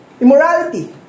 immorality